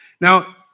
Now